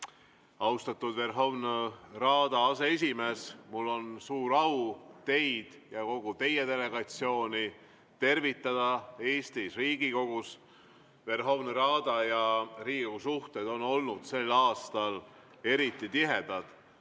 Verhovna Rada aseesimees! Mul on suur au teid ja kogu teie delegatsiooni tervitada Eestis, Riigikogus. Verhovna Rada ja Riigikogu suhted on olnud sel aastal eriti tihedad.